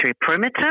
perimeter